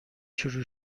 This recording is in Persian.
شروع